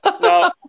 No